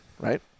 Right